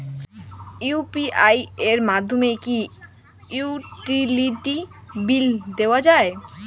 UPI এর মাধ্যমে কি ইউটিলিটি বিল দেওয়া যায়?